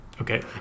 Okay